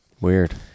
Weird